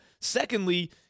Secondly